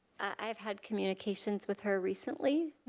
i have had communications with her recently.